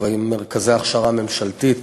ובהם למרכזי הכשרה ממשלתית,